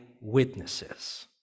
witnesses